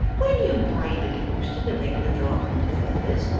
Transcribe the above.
when you played the ghost in the reg'lar drama in the fairs,